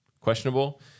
questionable